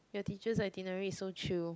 your teacher's itinerary is so chill